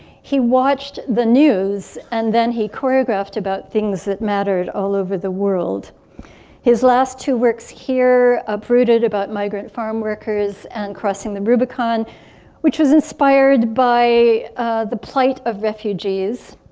he watched the news and then he choreographed about things that mattered all over the world his last two works her uprooted about migrant farmworkers and crossing the rubicon which was inspired by the plight of refugees,